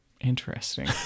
Interesting